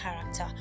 character